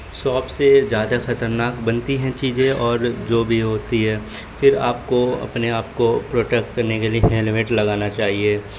شو off سے زیادہ خطرناک بنتی ہیں چیزیں اور جو بھی ہوتی ہے پھر آپ کو اپنے آپ کو پروٹیکٹ کرنے کے لیے ہیلمٹ لگانا چاہیے